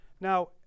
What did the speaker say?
Now